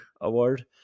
award